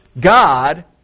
God